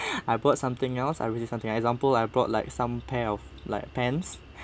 I bought something else I really something else like example I brought like some pair of like pants